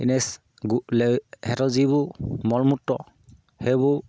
ইনেই গু সিহঁতৰ যিবোৰ মলমূত্ৰ সেইবোৰ